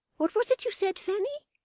what was it you said, fanny?